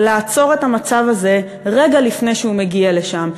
זה לעצור את המצב הזה רגע לפני שהוא מגיע לשם,